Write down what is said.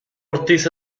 ortiz